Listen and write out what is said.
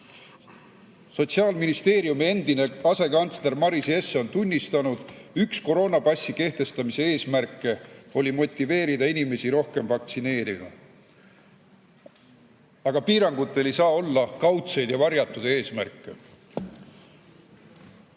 Sotsiaalministeeriumi endine asekantsler Maris Jesse on tunnistanud, et üks koroonapassi kehtestamise eesmärk oli motiveerida inimesi rohkem vaktsineerima. Aga piirangutel ei saa olla kaudseid ja varjatud eesmärke.